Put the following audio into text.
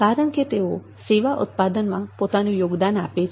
કારણ કે તેઓ સેવા ઉત્પાદનમાં પોતાનું યોગદાન આપે છે